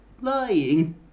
lying